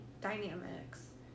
dynamics